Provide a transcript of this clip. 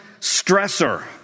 stressor